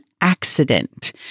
accident